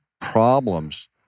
problems